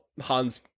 Hans